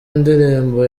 indirimbo